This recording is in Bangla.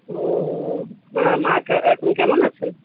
ও মা মা এখন কেমন আছেন